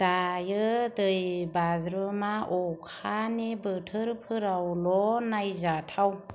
दायो दैबाज्रुमा अखानि बोथोरफोरावल' नायजाथाव